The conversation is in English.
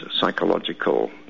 psychological